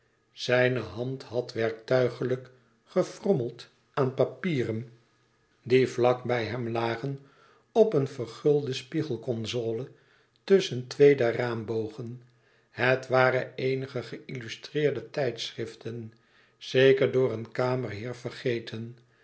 zijne hand had werktuigelijk gefrommeld aan papieren die vlak bij hem lagen op een vergulde spiegelconsole tusschen twee der raambogen het waren eenige geïllustreerde tijdschriften zeker door een kamerheer vergeten